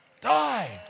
die